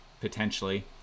potentially